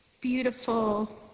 beautiful